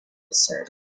desert